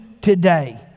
today